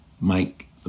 make